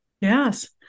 Yes